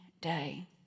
day